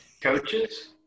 Coaches